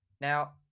Now